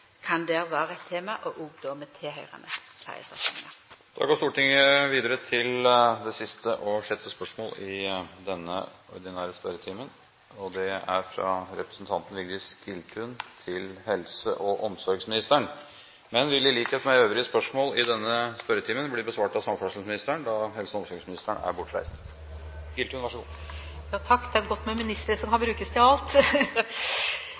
tema der, og då med tilhøyrande ferjestrekningar. Dette spørsmålet, fra representanten Vigdis Giltun til helse- og omsorgsministeren, vil, i likhet med øvrige spørsmål i denne spørretimen, bli besvart av samferdselsministeren, nå på vegne av helse- og omsorgsministeren, som er bortreist. Det er godt med ministre som kan brukes til alt!